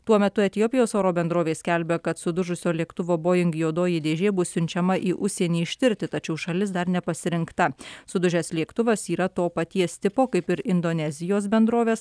tuo metu etiopijos oro bendrovė skelbia kad sudužusio lėktuvo boing juodoji dėžė bus siunčiama į užsienį ištirti tačiau šalis dar nepasirinkta sudužęs lėktuvas yra to paties tipo kaip ir indonezijos bendrovės